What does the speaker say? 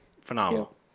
Phenomenal